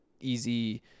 easy